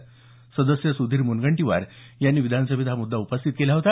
या संदर्भात सदस्य सुधीर मुनगंटीवार यांनी विधानसभेत मुद्दा उपस्थित केला होता